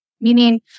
meaning